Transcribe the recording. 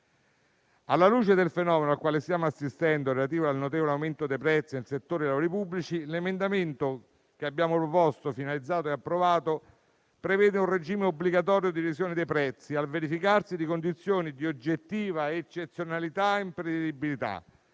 Alla luce del fenomeno al quale stiamo assistendo, relativo al notevole aumento dei prezzi nel settore dei lavori pubblici, l'emendamento che abbiamo proposto e approvato, finalizzato a prevedere un regime obbligatorio di revisione dei prezzi al verificarsi di condizioni di oggettiva eccezionalità e imprevedibilità